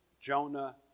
Jonah